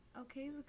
Okay